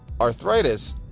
arthritis